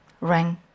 rang